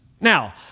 Now